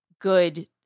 good